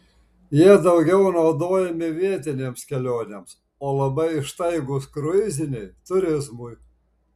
jie daugiau naudojami vietinėms kelionėms o labai ištaigūs kruiziniai turizmui